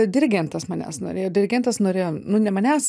dirigentas manęs norėjo dirigentas norėjo nu ne manęs